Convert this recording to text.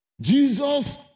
Jesus